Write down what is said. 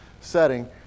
setting